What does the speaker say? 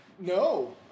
No